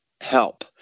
help